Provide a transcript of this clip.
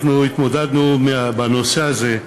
אנחנו התמודדנו עם הנושא הזה,